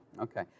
Okay